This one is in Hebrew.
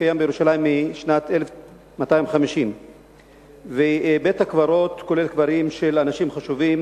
שקיים בירושלים משנת 1250. בבית-הקברות יש קברים של אנשים חשובים,